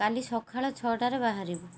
କାଲି ସଖାଳ ଛଅଟାରେ ବାହାରିବୁ